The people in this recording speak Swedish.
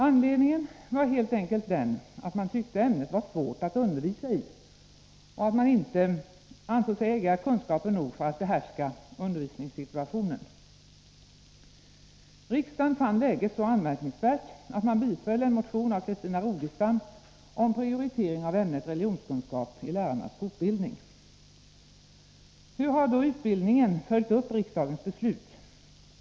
Anledningen var helt enkelt den att man tyckte att ämnet var svårt att undervisa i och att man inte ansåg sig äga kunskaper nog för att behärska undervisningssituationen. Riksdagen fann läget så anmärkningsvärt att man biföll en motion av Christina Rogestam om prioritering av ämnet religionskunskap i lärarnas fortbildning. Hur har då utbildningen följt upp riksdagens beslut?